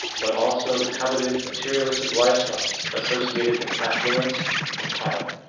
but also the coveted materialistic lifestyle associated with affluence and power.